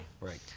right